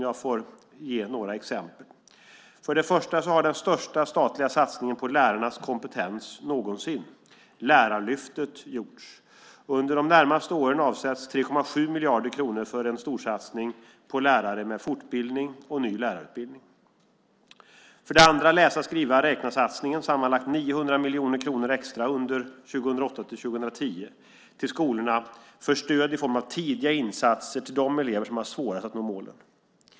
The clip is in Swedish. Jag vill nämna några exempel: För det första har den största statliga satsningen på lärarnas kompetens någonsin, Lärarlyftet, gjorts. Under de närmaste åren avsätts 3,7 miljarder kronor för en storsatsning på lärare med fortbildning och ny lärarutbildning. För det andra får skolorna sammanlagt 900 miljoner kronor extra under 2008-2010, Läsa-skriva-räkna-satsningen, för stöd i form av tidiga insatser till de elever som har svårast att nå målen.